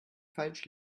falsch